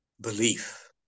belief